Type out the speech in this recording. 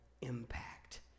impact